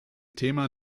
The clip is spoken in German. thema